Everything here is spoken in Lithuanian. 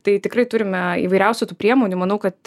tai tikrai turime įvairiausių tų priemonių manau kad